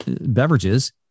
beverages